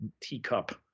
teacup